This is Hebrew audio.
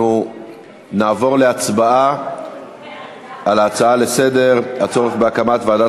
אנחנו נעבור להצבעה על ההצעה לסדר-היום: הצורך בהקמת ועדת